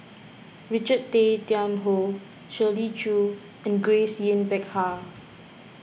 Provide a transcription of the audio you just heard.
Richard Tay Tian Hoe Shirley Chew and Grace Yin Peck Ha